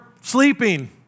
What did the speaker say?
sleeping